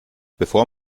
bevor